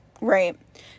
Right